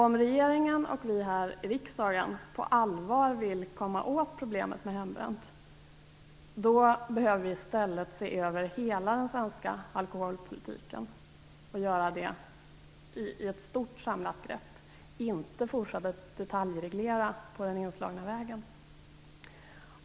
Om regeringen och vi här i riksdagen på allvar vill komma åt problemet med hembränt måste vi i stället se över hela den svenska alkoholpolitiken i ett stort samlat grepp - inte fortsätta på den inslagna vägen och detaljreglera. Herr talman!